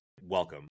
welcome